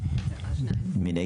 מי בעד קבלת הסתייגות מספר 76?